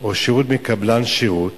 או שירות מקבלן שירות